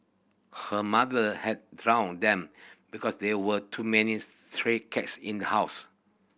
her mother had drowned them because there were too many stray cats in the house